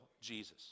Jesus